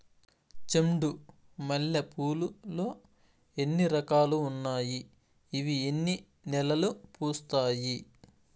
చెండు మల్లె పూలు లో ఎన్ని రకాలు ఉన్నాయి ఇవి ఎన్ని నెలలు పూస్తాయి